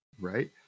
right